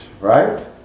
right